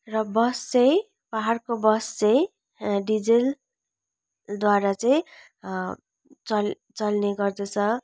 र बस चाहिँ पहाडको बस चाहिँ डिजेलद्वारा चाहिँ चल चल्ने गर्दछ